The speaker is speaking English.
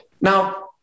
Now